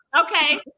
Okay